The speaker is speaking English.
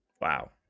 Wow